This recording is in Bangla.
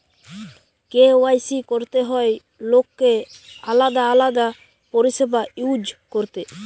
কে.ওয়াই.সি করতে হয় লোককে আলাদা আলাদা পরিষেবা ইউজ করতে